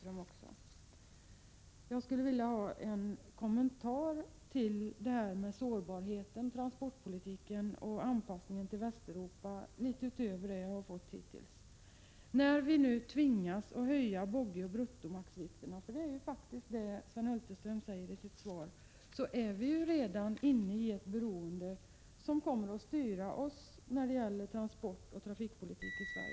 Omanpassningen av Jag skulle vilja ha en kommentar till detta med sårbarheten, transportpoli — SYenskatrafikoch tiken och anpassningen till Västeuropa litet utöver det som sagts hittills. När — ”4/!SP. örtbestämmelser. vi nu tvingas höja boggioch maxbruttovikterna — för det är faktiskt det Sven 6 RE Hulterström säger i sitt svar — är vi ju redan inne i ett beroende som kommer att styra oss då det gäller transportoch trafikpolitiken i Sverige.